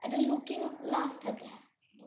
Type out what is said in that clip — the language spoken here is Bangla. এটা লুকিং গ্লাস থাকে